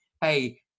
Hey